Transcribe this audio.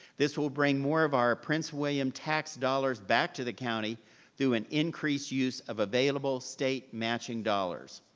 this will bring more of our prince william tax dollars back to the county through an increased use of available state matching dollars.